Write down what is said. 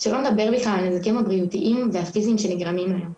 שלא לדבר בכלל על הנזקים הבריאותיים והפיזיים שנגרמים להם.